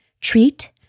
treat